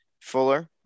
Fuller